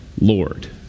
Lord